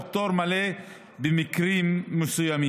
או פטור מלא במקרים מסוימים,